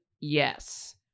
Yes